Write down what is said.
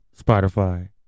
Spotify